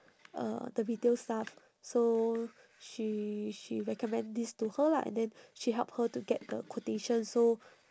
uh the retail staff so she she recommend this to her lah and then she help her to get the quotation so